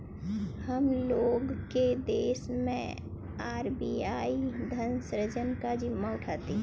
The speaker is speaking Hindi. हम लोग के देश मैं आर.बी.आई धन सृजन का जिम्मा उठाती है